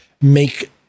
make